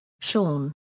Sean